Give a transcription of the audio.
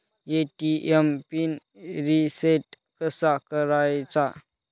ATM PIN reset कसा करायचा?